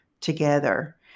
together